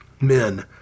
men